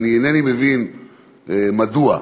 איני מבין מדוע,